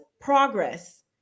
Progress